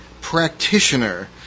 practitioner